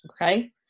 Okay